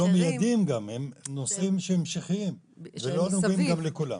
הם גם נושאים המשכיים ולא נוגעים לכולם.